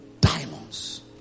diamonds